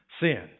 sin